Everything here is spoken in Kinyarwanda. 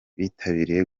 bitabiriye